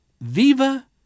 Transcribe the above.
Viva